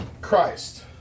Christ